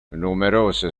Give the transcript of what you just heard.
numerose